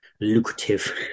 lucrative